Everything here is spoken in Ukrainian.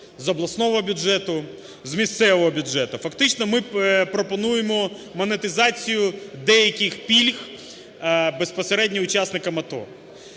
з обласного бюджету, з місцевого бюджету. Фактично ми пропонуємо монетизацію деяких пільг безпосередньо учасникам АТО.